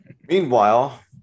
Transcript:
Meanwhile